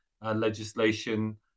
legislation